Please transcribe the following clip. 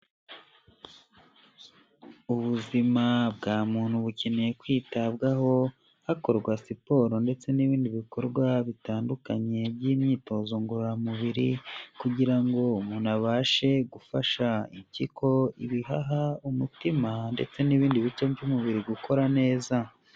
Ubuzima bwa muntu bukeneye kwitabwaho, hakorwa siporo ndetse n'ibindi bikorwa bitandukanye by'imyitozo ngororamubiri kugira ngo umuntu abashe gufasha impyiko, ibihaha, umutima ndetse n'ibindi bice by'umubiri gukora neza.